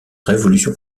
révolution